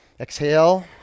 Exhale